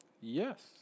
Yes